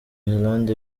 ireland